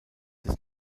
des